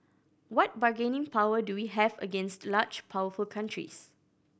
what bargaining power do we have against large powerful countries